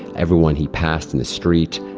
everyone he passed in the street,